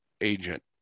agent